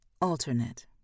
Alternate